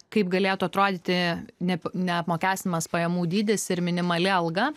kaip galėtų atrodyti ne neapmokestinamas pajamų dydis ir minimali alga